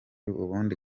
ubundi